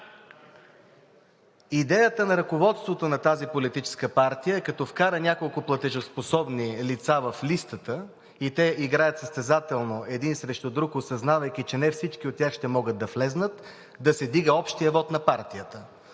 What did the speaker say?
Идеята на ръководството на тази политическа партия е като вкара няколко платежоспособни лица в листата и те играят състезателно един срещу друг, осъзнавайки, че не всички от тях ще могат да влезнат, да се вдига общият вот на партията.